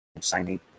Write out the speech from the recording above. signing